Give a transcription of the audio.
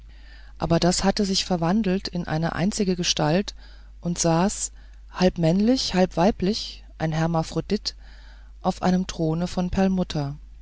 aber hatte sich verwandelt in eine einzige gestalt und saß halb männlich halb weiblich ein hermaphrodit auf einem throne von